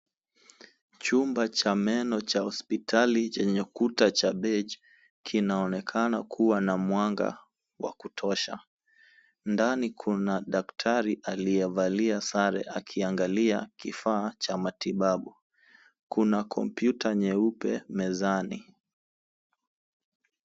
Chumba cha meno cha hospitali chenye kuta cha beige kinaonekana kuwa na mwanga wa kutosha. Ndani kuna daktari aliyevalia sare akiangalia kifaa cha matibabu. Kuna kompyuta nyeupe mezani.